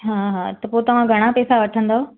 हा हा त पोइ तव्हां घणा पैसां वठंदो